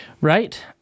Right